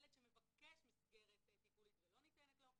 ילד שמבקש מסגרת טיפולית ולא ניתנת לו,